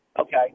Okay